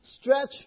stretch